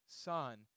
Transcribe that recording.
son